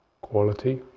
quality